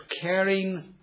caring